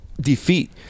defeat